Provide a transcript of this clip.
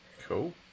Cool